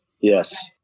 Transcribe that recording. Yes